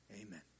Amen